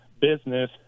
business